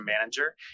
manager